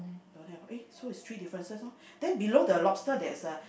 don't have eh so it's three differences oh then below the lobster there's a